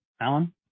Alan